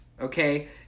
okay